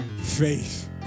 faith